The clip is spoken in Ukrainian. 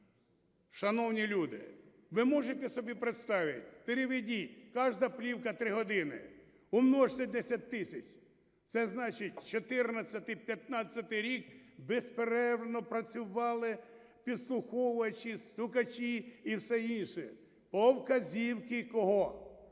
Шановні люди, ви можете собі представити, переведіть, кожна плівка – 3 години. Умножте 10 тисяч. Це значить, 14-й, 15-й рік безперервно працювали підслуховувачі, стукачі і все інше по вказівці кого?